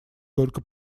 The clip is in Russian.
только